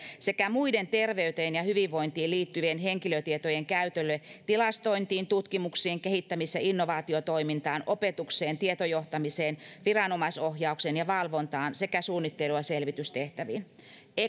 sekä muiden terveyteen ja hyvinvointiin liittyvien henkilötietojen käytölle tilastointiin tutkimuksiin kehittämis ja innovaatiotoimintaan opetukseen tietojohtamiseen viranomaisohjaukseen ja valvontaan sekä suunnittelu ja selvitystehtäviin